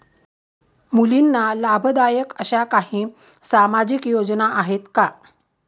मुलींना लाभदायक अशा काही सामाजिक योजना आहेत का?